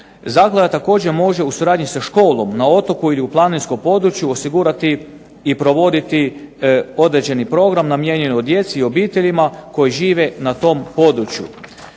Zaklada također može u suradnji sa školom na otoku ili planinskom području osigurati i provoditi određeni program namijenjen djeci i obiteljima koji žive na tom području.